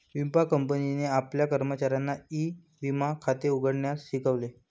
विमा कंपनीने आपल्या कर्मचाऱ्यांना ई विमा खाते उघडण्यास शिकवले